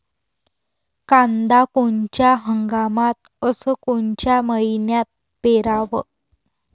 कांद्या कोनच्या हंगामात अस कोनच्या मईन्यात पेरावं?